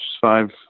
five